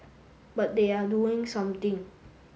but they are doing something